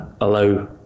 allow